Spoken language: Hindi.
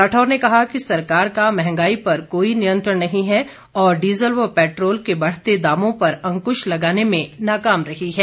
राठौर ने कहा कि सरकार का मंहगाई पर कोई नियंत्रण नहीं है और डीजल व पैट्रोल के बढ़ते दामों पर अंकुश लगाने में नाकाम रही है